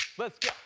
let's go.